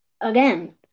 again